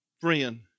friend